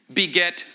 beget